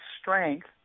strength